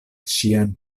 ŝian